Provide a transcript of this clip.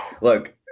Look